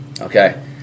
okay